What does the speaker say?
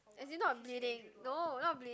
as in not bleeding no not bleeding